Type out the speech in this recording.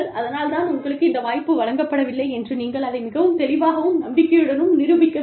அதனால் தான் உங்களுக்கு இந்த வாய்ப்பு வழங்கப்படவில்லை என்று நீங்கள் அதை மிகவும் தெளிவாகவும் நம்பிக்கையுடனும் நிரூபிக்க வேண்டும்